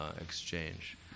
exchange